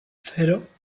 cero